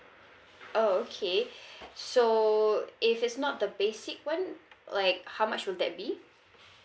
oh okay so if it's not the basic one like how much will that be